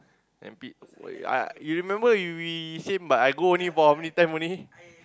N_P uh you remember you we same but I go only for how many time only